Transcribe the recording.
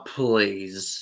please